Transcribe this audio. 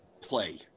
play